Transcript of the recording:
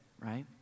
right